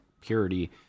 purity